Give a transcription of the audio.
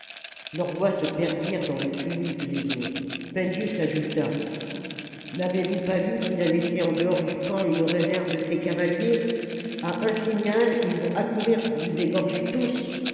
leurs voix se perdirent dans le tumulte des autres spendius ajouta n'avez-vous pas vu qu'il a laissé en dehors du camp une réserve de ses cavaliers a un signal ils vont accourir pour vous égorger tous